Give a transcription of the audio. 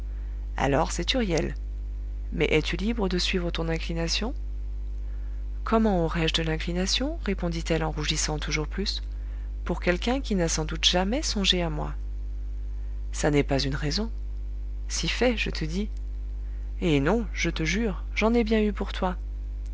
alors c'est huriel mais es-tu libre de suivre ton inclination comment aurais-je de l'inclination répondit-elle en rougissant toujours plus pour quelqu'un qui n'a sans doute jamais songé à moi ça n'est pas une raison si fait je te dis eh non je te jure j'en ai bien eu pour toi